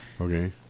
Okay